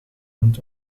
rund